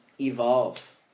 evolve